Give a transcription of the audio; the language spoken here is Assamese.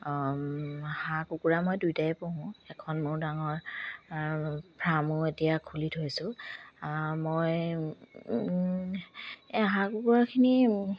হাঁহ কুকুৰা মই দুইটাই পোহো এখন মোৰ ডাঙৰ ফ্ৰামো এতিয়া খুলি থৈছোঁ মই এই হাঁহ কুকুৰাখিনি